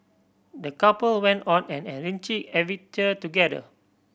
the couple went on an adventure together